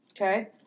Okay